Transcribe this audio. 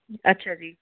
ਅੱਛਾ ਜੀ